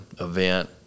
event